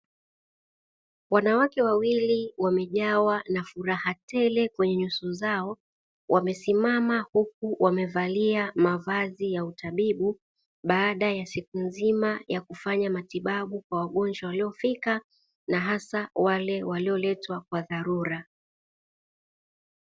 Wanawake wawili wamejawa na furaha tele kwenye nyuso zao wamesimama, huku wamevalia mavazi ya utabibu baada ya siku nzima ya kufanya matibabu kwa wagonjwa waliofika na hasa wale walioletwa kwa dharura.